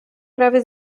prawie